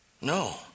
No